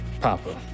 Papa